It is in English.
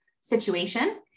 situation